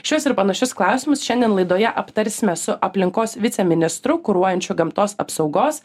šiuos ir panašius klausimus šiandien laidoje aptarsime su aplinkos viceministru kuruojančiu gamtos apsaugos